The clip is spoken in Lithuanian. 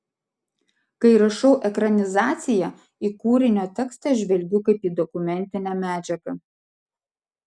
kai rašau ekranizaciją į kūrinio tekstą žvelgiu kaip į dokumentinę medžiagą